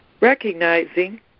recognizing